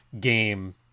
game